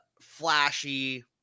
flashy